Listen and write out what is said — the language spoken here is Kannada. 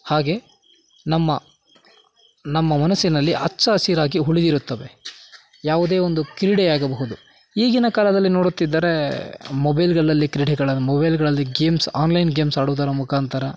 ಹಾಗೆ ನಮ್ಮ ನಮ್ಮ ಮನಸ್ಸಿನಲ್ಲಿ ಹಚ್ಚ ಹಸಿರಾಗಿ ಉಳಿದಿರುತ್ತವೆ ಯಾವುದೇ ಒಂದು ಕ್ರೀಡೆ ಆಗಬಹುದು ಈಗಿನ ಕಾಲದಲ್ಲಿ ನೋಡುತ್ತಿದ್ದರೆ ಮೊಬೈಲ್ಗಳಲ್ಲಿ ಕ್ರೀಡೆಗಳನ್ನು ಮೊಬೈಲ್ಗಳಲ್ಲಿ ಗೇಮ್ಸ್ ಆನ್ಲೈನ್ ಗೇಮ್ಸ್ ಆಡೋದರ ಮುಖಾಂತರ